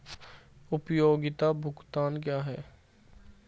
उपयोगिता भुगतान क्या हैं?